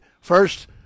first